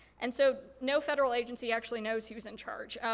and so no federal agency actually knows who's in charge.